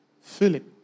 Philip